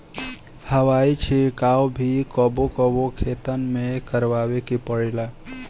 हवाई छिड़काव भी कबो कबो खेतन में करावे के पड़ेला